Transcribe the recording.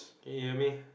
can you hear me